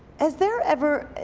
has there ever